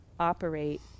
operate